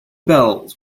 bells